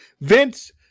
Vince